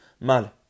Mal